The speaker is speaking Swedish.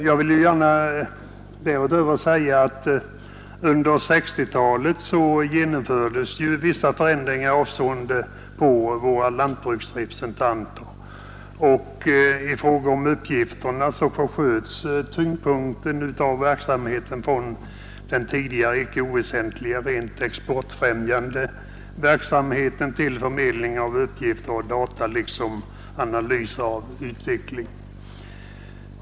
Jag vill därutöver gärna säga att under 1960-talet genomfördes vissa förändringar avseende våra lantbruksrepresentanter. I fråga om uppgifterna försköts tyngdpunkten från den tidigare icke oväsentliga rent exportfrämjande verksamheten till förmedling av uppgifter och data liksom analys av utveckling.